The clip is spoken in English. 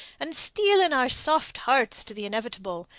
and, steeling our soft hearts to the inevitable,